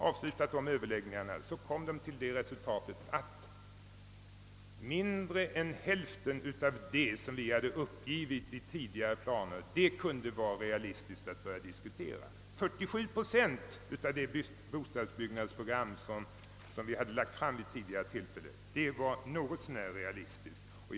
Resultatet av överläggningarna blev att mindre än hälften av det, som vi hade upptagit i den ursprungliga planen, kunde vara rimligt att diskutera; 47 procent av vårt tidigare program befanns vara en något så när realistisk målsättning.